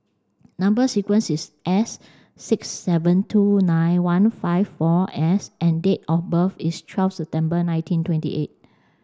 number sequence is S six seven two nine one five four S and date of birth is twelve September nineteen twenty eight